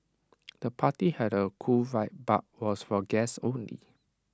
the party had A cool vibe but was for guests only